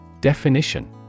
Definition